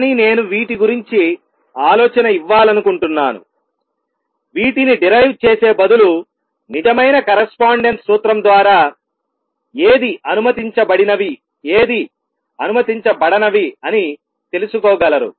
కానీ నేను వీటి గురించి ఆలోచన ఇవ్వాలనుకుంటున్నాను వీటిని డిరైవ్ చేసే బదులు నిజమైన కరస్పాండెన్స్ సూత్రం ద్వారా ఏది అనుమతించబడినవి ఏది అనుమతించబడనవి అని తెలుసుకోగలరు